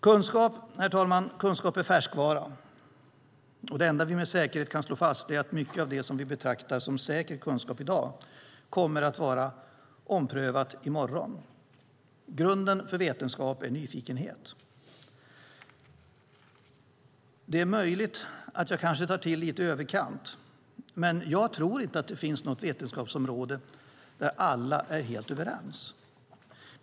Herr talman! Kunskap är färskvara, och det enda vi med säkerhet kan slå fast är att mycket av det vi betraktar som säker kunskap i dag kommer att vara omprövat i morgon. Grunden för vetenskap är nyfikenhet. Det är möjligt att jag tar till lite i överkant, men jag tror inte att det finns något vetenskapsområde där alla är helt överens.